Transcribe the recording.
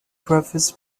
brothers